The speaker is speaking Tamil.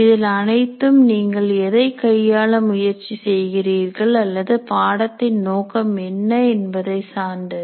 இவை அனைத்தும் நீங்கள் எதை கையாள முயற்சி செய்கிறீர்கள் அல்லது பாடத்தின் நோக்கம் என்ன என்பதை சார்ந்தது